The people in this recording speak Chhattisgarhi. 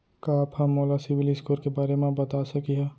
का आप हा मोला सिविल स्कोर के बारे मा बता सकिहा?